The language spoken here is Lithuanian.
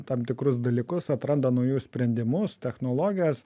tam tikrus dalykus atranda naujus sprendimus technologijas